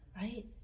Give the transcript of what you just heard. Right